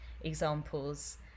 examples